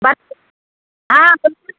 ಬರ್ರಿ ಹಾಂ